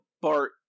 bart